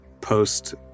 post